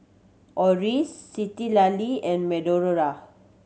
Oris Citlali and